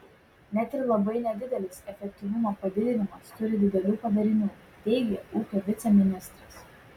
net ir labai nedidelis efektyvumo padidinimas turi didelių padarinių teigė ūkio viceministras